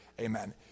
Amen